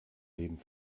dem